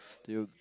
it'll